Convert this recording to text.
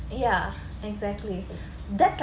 ya exactly that's like